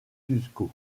cuzco